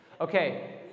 Okay